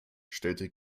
stellte